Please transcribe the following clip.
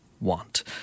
want